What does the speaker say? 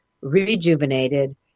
rejuvenated